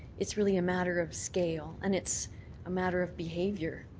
it's really a matter of scale, and it's a matter of behaviour,